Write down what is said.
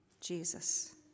Jesus